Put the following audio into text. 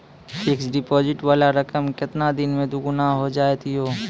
Fixed deposit वाला रकम केतना दिन मे दुगूना हो जाएत यो?